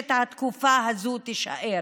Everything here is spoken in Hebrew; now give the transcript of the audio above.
מורשת התקופה הזו תישאר.